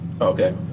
okay